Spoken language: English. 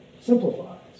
simplifies